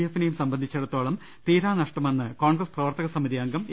എഫിനെയും സംബന്ധിച്ചിടത്തോളം തീരാനഷ്ടമെന്ന് കോൺഗ്രസ്സ് പ്രവർത്തക സമി തി അംഗം എ